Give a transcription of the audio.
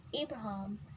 abraham